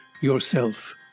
yourself